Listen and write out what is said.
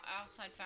outside